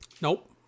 Nope